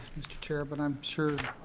mr. chair, but i'm sure,